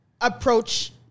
approach